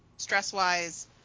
Stress-wise